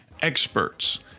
experts